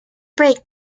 break